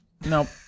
Nope